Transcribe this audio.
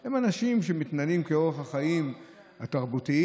הם אנשים שמתנהלים באורח החיים התרבותיים,